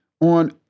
on